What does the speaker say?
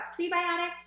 prebiotics